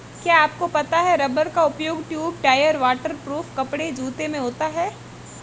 क्या आपको पता है रबर का उपयोग ट्यूब, टायर, वाटर प्रूफ कपड़े, जूते में होता है?